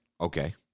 okay